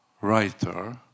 writer